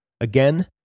Again